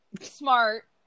Smart